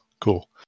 Cool